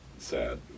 sad